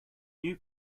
new